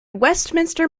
westminster